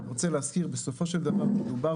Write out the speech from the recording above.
אני רוצה להזכיר שבסופו של דבר מדובר